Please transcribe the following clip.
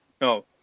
no